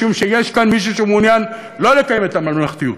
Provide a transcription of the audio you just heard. משום שיש כאן מישהו שמעוניין לא לקיים את הממלכתיות,